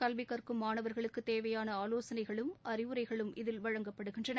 கல்வி கற்கும் மாணவர்களுக்கு தேவையான ஆலோசனைகளும் அறிவுரைகளும் இதில் வழங்கப்படுகின்றன